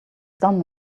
done